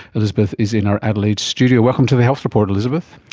elizabeth is in our adelaide studio. welcome to the health report elizabeth.